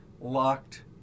locked